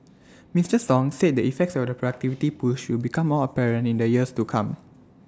Mister song said the effects of the productivity push will become more apparent in the years to come